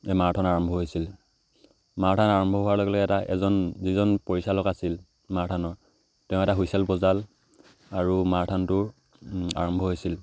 marathon আৰম্ভ হৈছিল marathon আৰম্ভ হোৱাৰ লগে লগে এটা এজন যিজন পৰিচালক আছিল মাৰাথানৰ তেওঁ এটা হুইছেল বজালে আৰু মাৰাথানটো আৰম্ভ হৈছিল